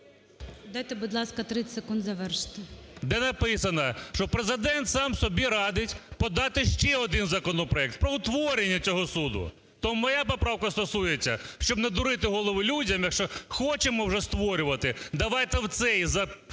Дайте, будь ласка, 30 секунд завершити. КУПРІЄНКО О.В. Де написано, що Президент сам собі радить подати ще один законопроект про утворення цього суду. То моя поправка стосується, щоб не дурити голову людям, якщо хочемо вже створювати, давайте в цей закон